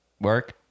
work